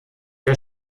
der